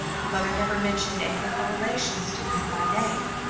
your mother never mentioned any of her relations to you, by name?